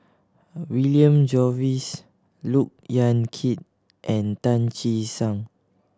William Jervois Look Yan Kit and Tan Che Sang